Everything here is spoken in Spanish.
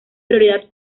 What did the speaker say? prioridad